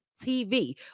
TV